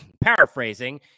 paraphrasing